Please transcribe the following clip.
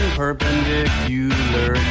perpendicular